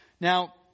Now